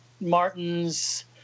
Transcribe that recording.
Martin's